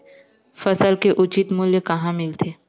फसल के उचित मूल्य कहां मिलथे?